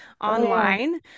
online